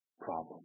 problem